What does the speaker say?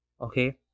okay